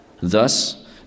Thus